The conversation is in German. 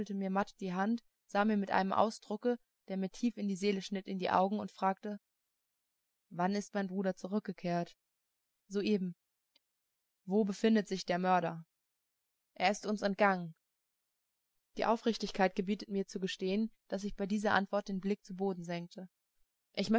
die hand sah mir mit einem ausdrucke der mir tief in die seele schnitt in die augen und fragte wann ist mein bruder zurückgekehrt soeben wo befindet sich der mörder er ist uns entgangen die aufrichtigkeit gebietet mir zu gestehen daß ich bei dieser antwort den blick zu boden senkte